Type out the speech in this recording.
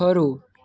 ખરું